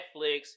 Netflix